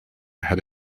had